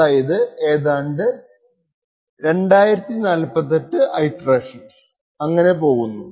അതായത് ഏതാണ്ട് 2048 ഇറ്ററേഷൻസ് അങ്ങനെ പോകുന്നു